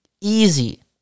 Easy